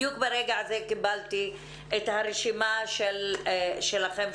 בדיוק ברגע הזה קיבלתי את הרשימה שלכם.